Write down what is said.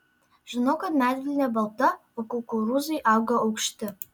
žinau kad medvilnė balta o kukurūzai auga aukšti